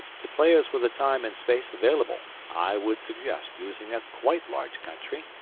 to players with the time and space available i would suggest using a quite large country,